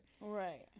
Right